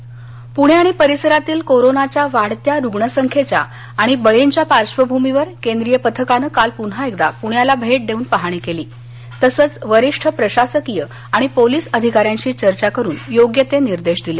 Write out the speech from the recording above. केंद्रित पथक पणे पुणे आणि परिसरातील कोरोनाच्या वाढत्या रुग्ण संख्येच्या आणि बळींच्या पार्श्वभूमीवर केंद्रीय पथकानं काल पुन्हा एकदा पुण्याला भेट देऊन पाहणी केली तसंच वरिष्ठ प्रशासकीय आणि पोलीस अधिकाऱ्यांशी चर्चा करुन योग्य ते निर्देश दिले